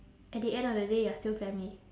at the end of the day you're still family